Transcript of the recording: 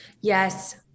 Yes